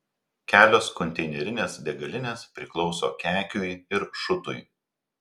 kelios konteinerinės degalinės priklauso kekiui ir šutui